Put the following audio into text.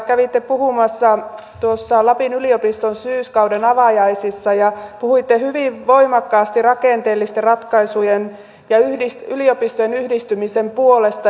kävitte puhumassa lapin yliopiston syyskauden avajaisissa ja puhuitte hyvin voimakkaasti rakenteellisten ratkaisujen ja yliopistojen yhdistymisen puolesta